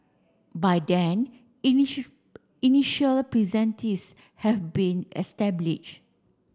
by then initial have been established